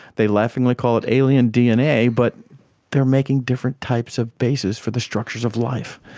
they laughingly call it alien dna but they are making different types of bases for the structures of life.